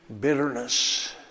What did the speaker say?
bitterness